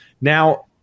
Now